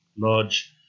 large